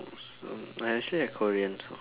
um I actually like korean songs